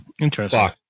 Interesting